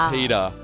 Peter